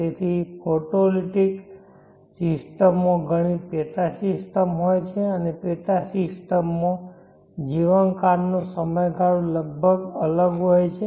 તેથી ફોટોલિટીક સિસ્ટમમાં ઘણી પેટા સિસ્ટમ હોય છે અને પેટા સિસ્ટમ માં જીવનકાળ નો સમયગાળો અલગ હોય છે